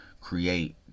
create